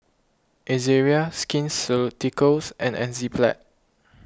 Ezerra Skin Ceuticals and Enzyplex